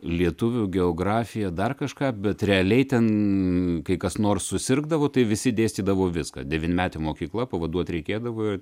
lietuvių geografiją dar kažką bet realiai ten kai kas nors susirgdavo tai visi dėstydavo viską devynmetė mokykla pavaduoti reikėdavo